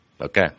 okay